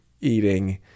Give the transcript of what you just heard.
eating